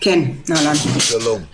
שלום.